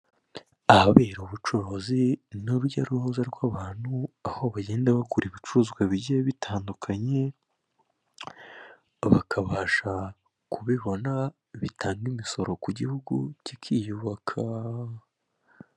Ahabera ubucuruzi n'urujya n'uruza rw'abantu, aho bagenda bagura ibicuruzwa bigiye bitandukanye bakabasha kubibona bitanga imisoro ku gihugu kikiyubaka.